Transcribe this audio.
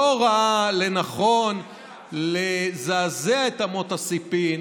לא ראה לנכון לזעזע את אמות הסיפים,